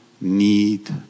need